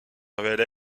révèle